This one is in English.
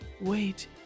Wait